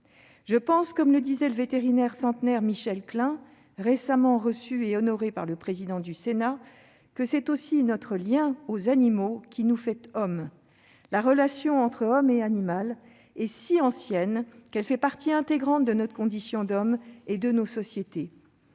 mes yeux, comme le soulignait le vétérinaire centenaire Michel Klein, récemment reçu et honoré par le président du Sénat, c'est aussi notre lien aux animaux qui nous « fait hommes ». La relation entre homme et animal est si ancienne qu'elle fait partie intégrante de notre condition humaine et de nos sociétés.